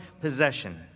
possession